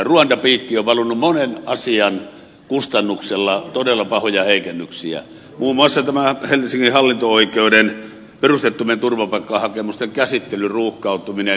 ruanda piikkiin on valunut monen asian kustannuksella todella pahoja heikennyksiä muun muassa tämä helsingin hallinto oikeuden perusteettomien turvapaikkahakemusten käsittelyn ruuhkautuminen